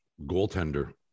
goaltender